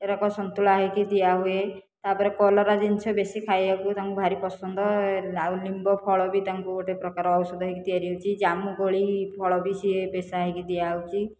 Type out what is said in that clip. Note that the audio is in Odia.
ଏଗୁଡ଼ାକ ସନ୍ତୁଳା ହୋଇକି ଦିଆ ହୁଏ ତାପରେ କଲରା ଜିନିଷ ବେଶୀ ଖାଇବାକୁ ତାଙ୍କୁ ଭାରି ପସନ୍ଦ ଆଉ ନିମ୍ବ ଫଳ ବି ତାଙ୍କୁ ଗୋଟିଏ ପ୍ରକାର ଔଷଧ ହୋଇକି ତିଆରି ହେଉଛି ଜାମୁକୋଳି ଫଳ ବି ସେ ପେଶା ହୋଇକି ଦିଆ ହେଉଛି